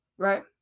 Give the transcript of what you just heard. Right